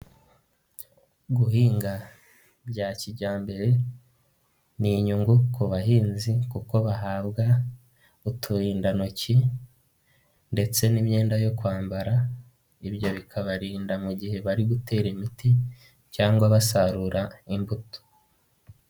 Guhinga bya kijyambere ni inyungu ku bahinzi kuko bahabwa uturindantoki ndetse n'imyenda yo kwambara ibyo bikabarinda mu gihe bari gutera imiti cyangwa basarura imbuto.